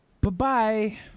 Bye-bye